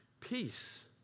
peace